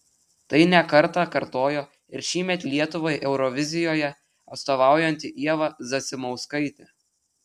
tai ne kartą kartojo ir šįmet lietuvai eurovizijoje atstovaujanti ieva zasimauskaitė